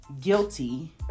guilty